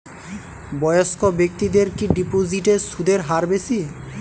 বয়স্ক ব্যেক্তিদের কি ডিপোজিটে সুদের হার বেশি?